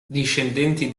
discendenti